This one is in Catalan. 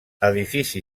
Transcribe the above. edifici